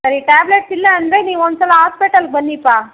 ಸರಿ ಟ್ಯಾಬ್ಲೆಟ್ಸ್ ಇಲ್ಲ ಅಂದರೆ ನೀವು ಒಂದು ಸಲ ಆಸ್ಪೆಟಲ್ಗೆ ಬನ್ನೀಪ್ಪ